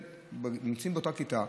באותה כיתה,